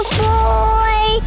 boy